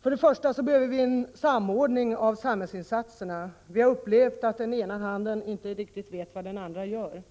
Först och främst behövs det en samordning av samhällsinsatserna. Vi har upplevt att den ena handen inte riktigt vet vad den andra gör.